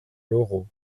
lorho